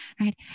right